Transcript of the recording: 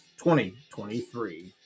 2023